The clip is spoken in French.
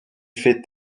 fait